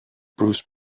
bruce